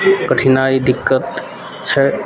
कठिनाइ दिक्कत छै